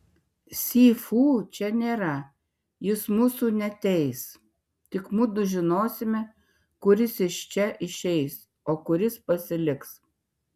si fu čia nėra jis mūsų neteis tik mudu žinosime kuris iš čia išeis o kuris pasiliks